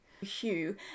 Hugh